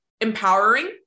empowering